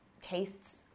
tastes